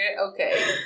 okay